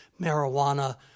marijuana